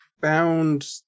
found